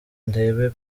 ndebe